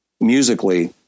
musically